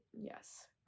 Yes